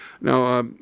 Now